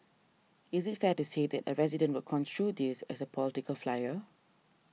is it fair to say that a resident will construe this as a political flyer